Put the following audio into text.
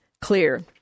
clear